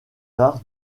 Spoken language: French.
arts